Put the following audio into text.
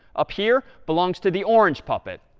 up here, belongs to the orange puppet.